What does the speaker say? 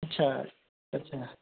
अच्छा अच्छा